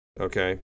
Okay